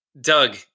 Doug